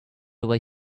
away